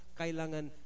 kailangan